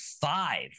five